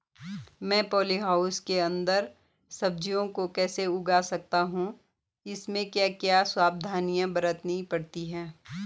मैं poly house के अन्दर सब्जियों को कैसे उगा सकता हूँ इसमें क्या क्या सावधानियाँ बरतनी पड़ती है?